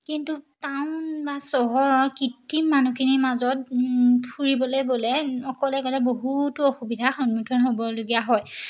কিন্তু টাউন বা চহৰৰ কৃত্ৰিম মানুহখিনিৰ মাজত ফুৰিবলে গ'লে অকলে গ'লে বহুতো অসুবিধাৰ সন্মুখীন হ'বলগীয়া হয়